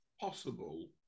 Possible